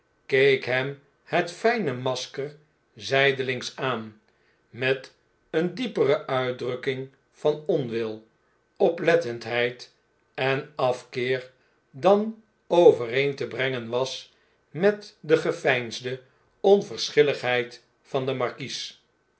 keek hem het fijne masker zydelings aan met eene diepere uitdrukking van onwil oplettendheid en afkeer dan overeen te brengen was met de geveinsde onverschilligheid van den markies